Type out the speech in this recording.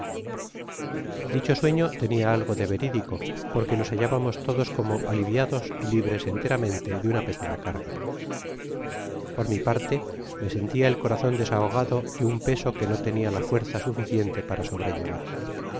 dicho sueno tenia algo de wriiko porque nos hallábamos todos como aliviados y libres enteramente de una pesada carga por mi parte me sentia el corazon desahogado de un peso que no tenia la fuerza suficiente para sobrellevar